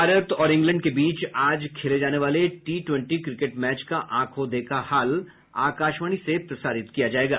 भारत और इंग्लैंड के बीच आज खेले जाने वाले टी ट्वेंटी मैच का आंखों देखा हाल आकाशवाणी से प्रसारित किया जायेगा